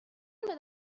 اون